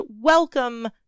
welcome